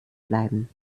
bleiben